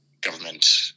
government